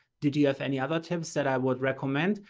did you have any other tips that i would recommend?